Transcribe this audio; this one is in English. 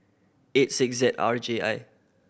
eight six Z R J I